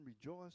rejoice